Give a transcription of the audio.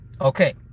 Okay